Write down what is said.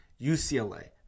UCLA